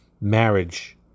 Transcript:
marriage